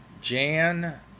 Jan